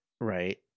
Right